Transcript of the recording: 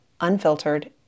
unfiltered